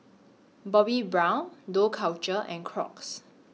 Bobbi Brown Dough Culture and Crocs